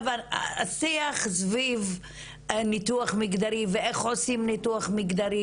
השיח סביב ניתוח מגדרי ואיך עושים ניתוח מגדרי,